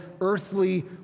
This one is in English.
earthly